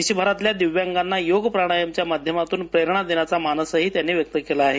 देशभरातल्या दिव्यांगांना योग प्राणायामाच्या माध्यमातून प्रेरणा देण्याचा मानस त्यांनी व्यक्त केला आहे